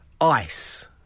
ice